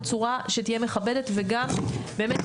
בצורה שתהיה מכבדת וגם באמת,